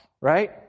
right